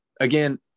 again